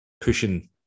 pushing